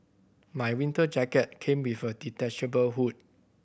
my winter jacket came with a detachable hood